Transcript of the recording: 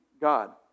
God